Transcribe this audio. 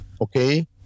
okay